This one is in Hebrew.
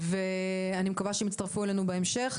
ואני מקווה שהם יצטרפו אלינו בהמשך,